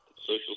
social